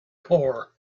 corps